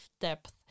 depth